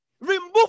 Remove